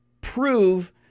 prove